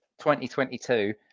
2022